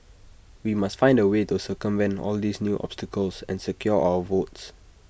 we must find A way to circumvent all these new obstacles and secure our votes